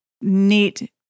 neat